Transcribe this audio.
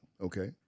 Okay